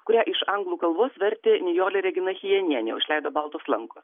kurią iš anglų kalbos vertė nijolė regina chijenienė išleido baltos lankos